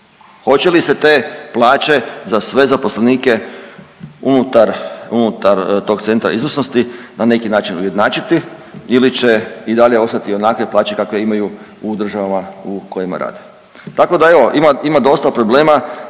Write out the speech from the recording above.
Hoće li se te plaće za sve zaposlenike unutar tog Centra izvrsnosti na neki način ujednačiti ili će i dalje ostati onakve plaće kakve imaju u državama u kojima rade. Tako da evo ima dosta problema,